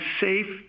safe